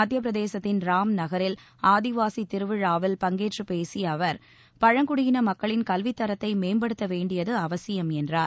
மத்தியப்பிரதேசத்தின் ராம்நகரில் ஆதிவாசி திருவிழாவில் பங்கேற்றுப் பேசிய அவர் பழங்குடியின மக்களின் கல்வித் தரத்தை மேம்படுத்த வேண்டியது அவசியம் என்றார்